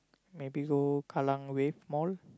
maybe go Kallang-Wave Mall